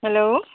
hello